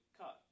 cut